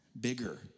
bigger